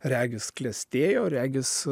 regis klestėjo regis